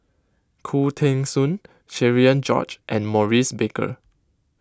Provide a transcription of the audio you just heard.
Khoo Teng Soon Cherian George and Maurice Baker